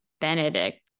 Benedict